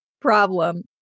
problem